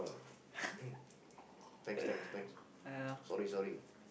!aiya!